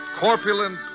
corpulent